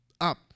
up